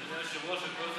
אדוני היושב-ראש, אני קורא אותך